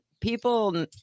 people